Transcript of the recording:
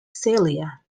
celia